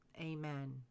amen